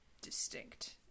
distinct